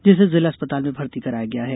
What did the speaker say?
जिसे जिला अस्पताल में भर्ती कराया गया है